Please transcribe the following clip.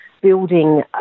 building